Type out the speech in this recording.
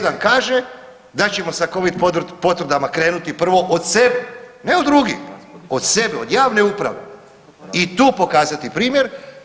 Jedan kaže da ćemo sa covid potvrdama krenuti prvo od sebe, ne od drugih, od sebe, od javne uprave i tu pokazati primjer.